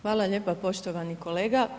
Hvala lijepa poštovani kolega.